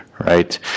right